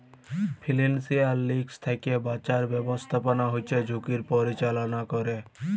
financial risk থ্যাকে বাঁচার ব্যাবস্থাপনা হচ্যে ঝুঁকির পরিচাললা ক্যরে